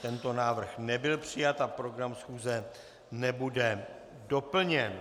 Tento návrh nebyl přijat a program schůze nebude doplněn.